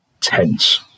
tense